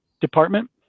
department